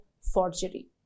forgery